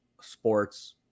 sports